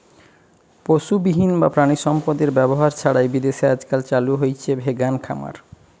পশুবিহীন বা প্রাণিসম্পদএর ব্যবহার ছাড়াই বিদেশে আজকাল চালু হইচে ভেগান খামার